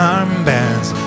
armbands